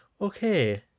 okay